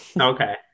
Okay